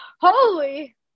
Holy